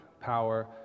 power